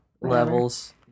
levels